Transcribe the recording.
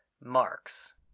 marks